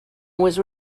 was